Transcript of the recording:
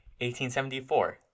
1874